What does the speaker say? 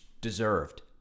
Deserved